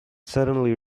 suddenly